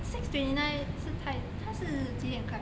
!huh! six twenty nine 是太他是几点开